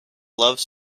loves